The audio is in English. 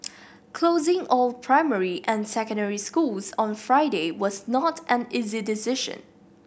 closing all primary and secondary schools on Friday was not an easy decision